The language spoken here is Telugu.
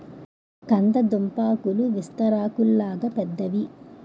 కంద దుంపాకులు విస్తరాకుల్లాగా పెద్దవి